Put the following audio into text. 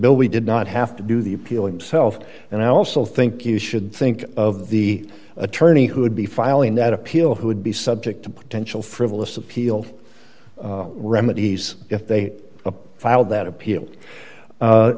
bill we did not have to do the appeal in self and i also think you should think of the attorney who would be filing that appeal who would be subject to potential frivolous appeal remedies if they filed that appeal